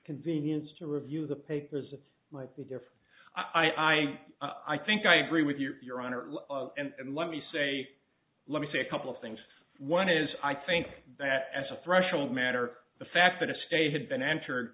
convenience to review the papers it might be different i i i think i agree with you your honor and let me say let me say a couple of things one is i think that as a threshold matter the fact that a state had been entered